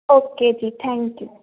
okay ਜੀ thank you